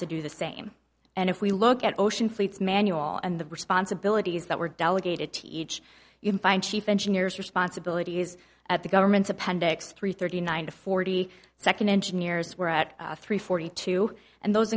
to do the same and if we look at ocean fleets manual and the responsibilities that were delegated to each chief engineers responsibilities at the government's appendix three thirty nine to forty second engineers were at three forty two and those